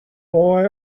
boy